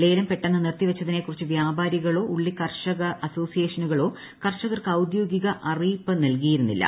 ലേലം പെട്ടെന്ന് നിർത്തിവച്ചതിനെക്കുറിച്ച് വ്യാപാരികളോ ഉള്ളി കർഷക അസോസിയേഷനുകളോ കർഷകർക്ക് ട്രിദ്ദ്യോഗിക അറിയിപ്പ് നൽകിയിരുന്നില്ല